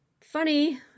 funny